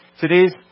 Today's